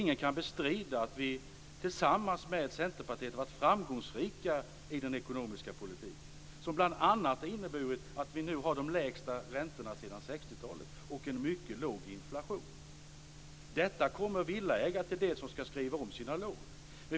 Ingen kan bestrida att vi tillsammans med Centerpartiet har varit framgångsrika i den ekonomiska politiken, som bl.a. inneburit att vi nu har de lägsta räntorna sedan 60-talet och en mycket låg inflation. Detta kommer villaägare som skall skriva om sina lån till del.